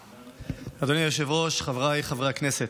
אדוני היושב-ראש, חבריי חברי הכנסת,